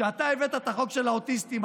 כשאתה הבאת את החוק של האוטיסטים,